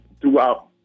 throughout